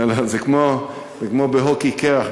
זה כמו בהוקי קרח,